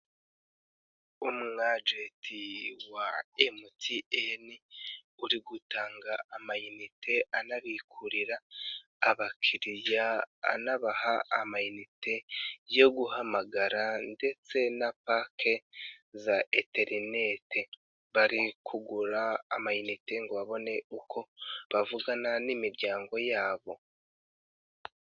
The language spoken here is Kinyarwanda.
Umwajete wa MTN uri gutanga amanite, anabikururira abakiriya, anabaha amayinite yo guhamagara ndetse na pake za interinete, bari kugura amayinite kugira ngo babone uko bavugana n'imiryango yabo.